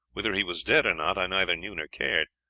whether he was dead or not i neither knew nor cared.